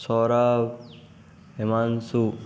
Saurabh Himanshu